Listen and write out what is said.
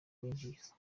winjiza